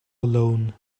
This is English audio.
alone